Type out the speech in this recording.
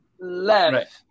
left –